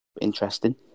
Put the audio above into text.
Interesting